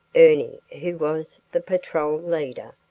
ernie, who was the patrol leader,